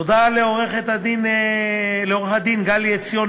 תודה לעורכת-הדין גלי עציון